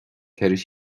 ceithre